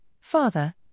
father